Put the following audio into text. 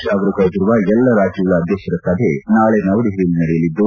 ಷಾ ಅವರು ಕರೆದಿರುವ ಎಲ್ಲಾ ರಾಜ್ಯಗಳ ಅಧ್ಯಕ್ಷರ ಸಭೆ ನಾಳೆ ನವದೆಹಲಿಯಲ್ಲಿ ನಡೆಯಲಿದ್ದು